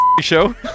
show